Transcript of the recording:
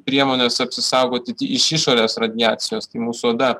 priemones apsisaugoti iš išorės radiacijos tai mūsų oda